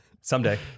Someday